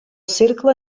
cercle